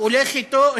הולך אתו.